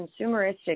consumeristic